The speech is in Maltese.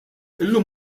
illum